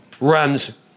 runs